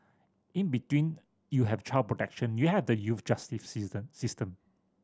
in between you have child protection you have the youth justice season system